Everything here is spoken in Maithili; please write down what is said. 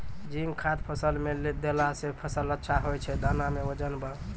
जिंक खाद फ़सल मे देला से फ़सल अच्छा होय छै दाना मे वजन ब